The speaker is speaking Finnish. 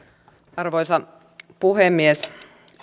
arvoisa puhemies